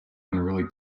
unruly